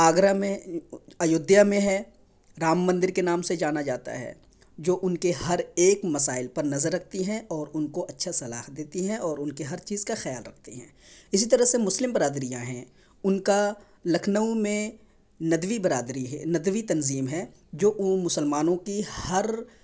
جو آگرہ میں ایودھیا میں ہے رام مندر کے نام سے جانا جاتا ہے جو ان کے ہر ایک مسائل پر نظر رکھتی ہیں اور ان کو اچھا صلاح دیتی ہیں اور ان کے ہر چیز کا خیال رکھتی ہیں اسی طرح سے مسلم برادریاں ہیں ان كا لكھنؤ میں ندوی برادری ہے ندوی تنظیم ہے جو او مسلمانوں کی ہر